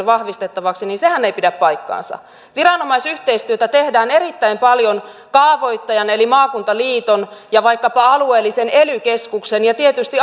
vahvistettavaksi ei pidä paikkaansa viranomaisyhteistyötä tehdään erittäin paljon kaavoittajan eli maakuntaliiton ja vaikkapa alueellisen ely keskuksen ja tietysti